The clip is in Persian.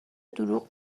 دروغ